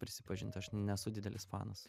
prisipažint aš nesu didelis fanas